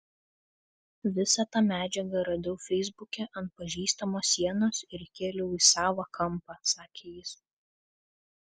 visą tą medžiagą radau feisbuke ant pažįstamo sienos ir įkėliau į savą kampą sakė jis